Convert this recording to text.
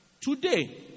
Today